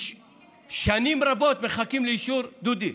ושנים רבות מחכים לאישור, דודי,